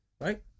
right